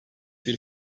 bir